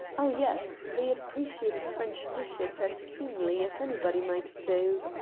oh, yes they appreciated french dishes as keenly as anybody might do.